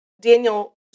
Daniel